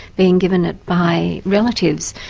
being given it by relatives.